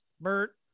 Bert